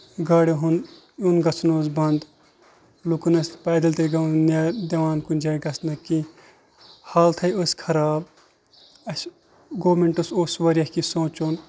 گاڑین ہُنٛد یُن گژھُن اوس بنٛد لُکن ٲسۍ نہٕ پایدل تہِ دِوان کُنہِ جایہِ گژھنہٕ کیٚنٛہہ حالتھٕے ٲسۍ خراب اَسہِ گورمینٛٹس اوس واریاہ کیٚنٛہہ سونچُن